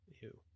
ew